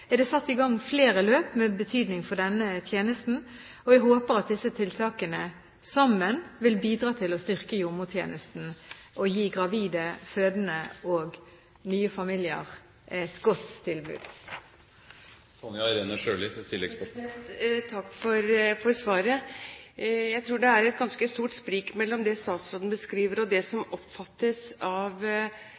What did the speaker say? er det satt i gang flere løp med betydning for denne tjenesten. Jeg håper at disse tiltakene sammen vil bidra til å styrke jordmortjenesten og gi gravide, fødende og nybakte familier et godt tilbud. Takk for svaret. Jeg tror det er et ganske stort sprik mellom det statsråden beskriver, og det som oppfattes